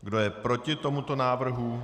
Kdo je proti tomuto návrhu?